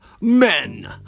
Men